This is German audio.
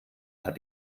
hat